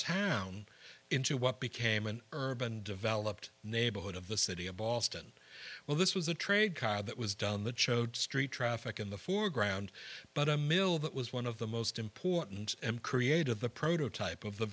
town into what became an urban developed neighborhood of the city of boston well this was a trade that was down the chode street traffic in the foreground but a mill that was one of the most important and creative the prototype of the